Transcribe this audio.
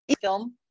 film